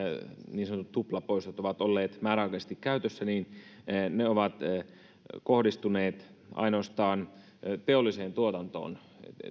niin sanotut tuplapoistot ovat olleet määräaikaisesti käytössä niin ne ovat kohdistuneet ainoastaan teolliseen tuotantoon